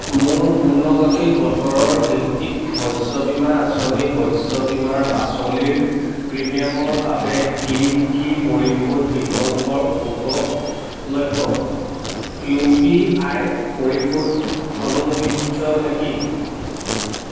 মোৰ পুনৰ্গঠিত বতৰ ভিত্তিক শস্য বীমা আঁচনি শস্য বীমা পলিচীৰ প্ৰিমিয়ামৰ বাবে কি কি পৰিশোধ বিকল্প উপলভ্য ইউ পি আই পৰিশোধ অনুমোদিত নেকি